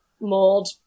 mold